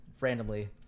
randomly